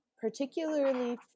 particularly